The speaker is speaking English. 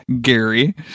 Gary